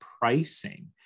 pricing